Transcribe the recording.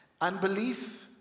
Unbelief